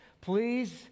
please